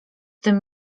tym